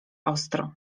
ostro